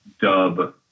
dub